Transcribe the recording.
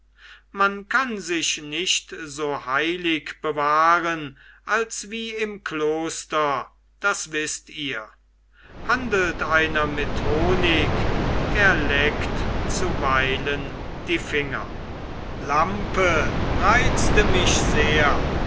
man kann sich nicht so heilig bewahren als wie im kloster das wißt ihr handelt einer mit honig er leckt zuweilen die finger lampe reizte mich sehr